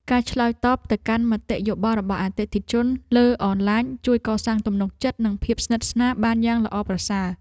ការឆ្លើយតបទៅកាន់មតិយោបល់របស់អតិថិជនលើអនឡាញជួយកសាងទំនុកចិត្ត និងភាពស្និទ្ធស្នាលបានយ៉ាងល្អប្រសើរ។